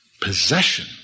possession